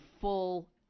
full